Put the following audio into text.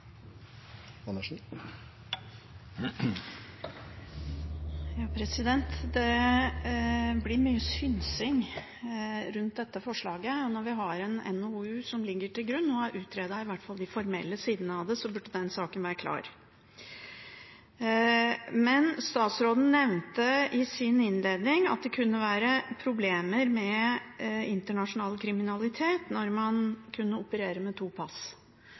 Det blir mye synsing rundt dette forslaget. Når vi har en NOU som ligger til grunn, og har utredet i hvert fall de formelle sidene av det, så burde denne saken være klar. Statsråden nevnte i sin innledning at det kunne være problemer med internasjonal kriminalitet når man kunne operere med to pass.